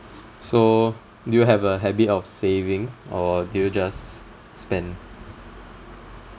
so do you have a habit of saving or do you just spend